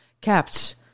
kept